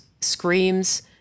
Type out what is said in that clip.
screams